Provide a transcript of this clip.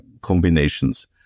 combinations